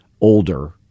older